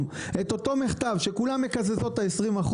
את אותו מכתב שכולן מקזזות את ה-20%,